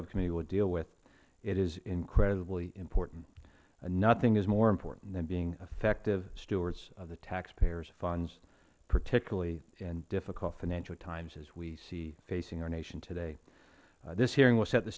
subcommittee will deal with it is incredibly important nothing is more important than being effective stewards of the taxpayers funds particularly in difficult financial times as we see facing our nation today this hearing will set the